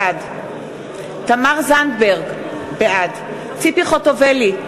בעד תמר זנדברג, בעד ציפי חוטובלי,